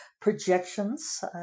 projections